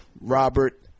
Robert